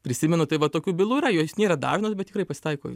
prisimenu tai va tokių bylų yra jis nėra dažnos bet tikrai pasitaiko